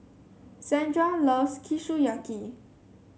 Sandra loves Kushiyaki